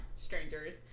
Strangers